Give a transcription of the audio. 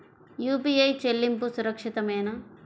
UPI చెల్లింపు సురక్షితమేనా?